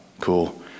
cool